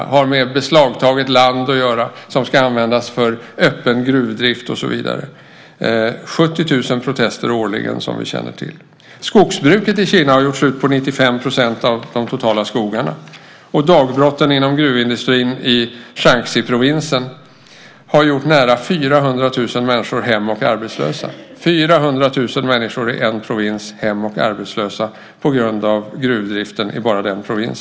De har med beslagtaget land att göra, som ska användas för öppen gruvdrift och så vidare. Det är 70 000 protester årligen, som vi känner till. Skogsbruket i Kina har gjort slut på 95 % av de totala skogarna, och dagbrotten inom gruvindustrin i Shanxiprovinsen har gjort nära 400 000 människor hem och arbetslösa. 400 000 människor i en provins är alltså hem och arbetslösa på grund av gruvdriften i bara den provinsen.